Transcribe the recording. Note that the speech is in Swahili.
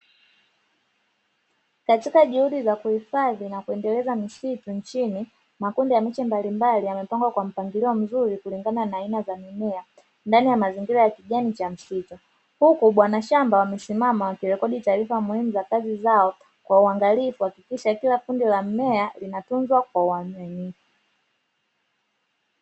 Katika juhudi za kuhifadhi na kuendeleza misitu nchini, makundi ya miche mbalimbali yamepangiliwa kwa mpangilio mzuri kulingana na aina ya mimea, ndani ya mazingira ya kijani cha misitu. Huku bwana shamba wamesimama wakirekodi taarifa muhimu za kazi zao kwa uangalifu, kuhakikisha kila kundi la mmea linatunzwa kwa uaminifu.